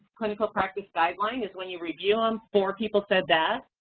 clinical practice guideline is when you review them, four people said that.